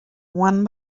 one